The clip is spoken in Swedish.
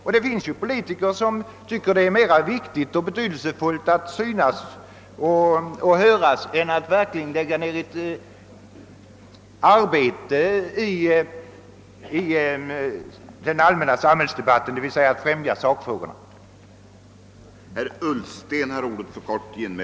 Och det finns ju politiker som tycker det är mera betydelsefullt att synas och höras än att verkligen lägga ned arbete i det allmänna samhällsarbetet, d.v.s. främja behandlingen av sakfrågorna.